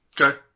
okay